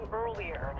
earlier